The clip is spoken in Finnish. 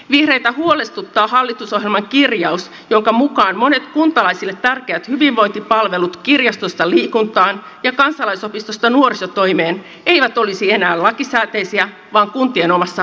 vihreitä huolestuttaa hallitusohjelman kirjaus jonka mukaan monet kuntalaisille tärkeät hyvinvointipalvelut kirjastosta liikuntaan ja kansalaisopistosta nuorisotoimeen eivät olisi enää lakisääteisiä vaan kuntien omassa harkinnassa